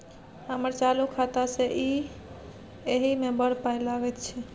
हमर चालू खाता छै इ एहि मे बड़ पाय लगैत छै